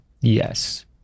Yes